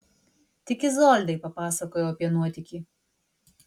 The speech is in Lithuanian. tik izoldai papasakojau apie nuotykį